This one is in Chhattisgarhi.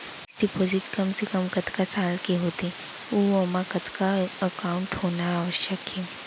फिक्स डिपोजिट कम से कम कतका साल के होथे ऊ ओमा कतका अमाउंट होना आवश्यक हे?